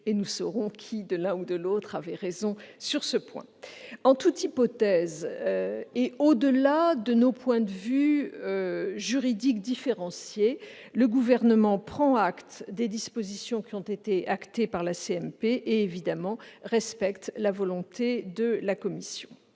et nous saurons qui, de l'un ou de l'autre, avait raison sur ce point. En toute hypothèse et au-delà de nos points de vue juridiques différenciés, le Gouvernement prend acte des dispositions qui ont été adoptées par la CMP et respecte évidemment sa volonté. L'essentiel,